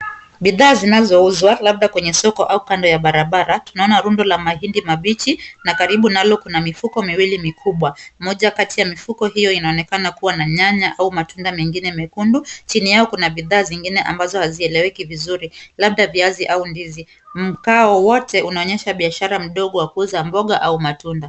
Bidhaa zinazouzwa labda kwenye soko au kando ya barabara. Tunaona rundo la mahindi mabichi na karibu nalo kuna mifuko miwili mikubwa. Moja kati ya mifuko hiyo inaonekana kuwa na nyanya au matunda mengine mekundu. Chini yao kuna bidhaa zingine ambazo hazieleweki vizuri labda viazi au ndizi. Mkao wote unaonyesha biashara mdogo wa kuuza mboga au matunda.